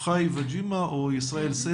בבקשה.